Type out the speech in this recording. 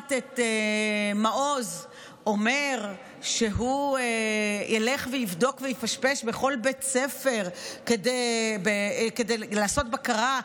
שומעת את מעוז אומר שהוא ילך ויבדוק ויפשפש בכל בית ספר כדי לעשות בקרה,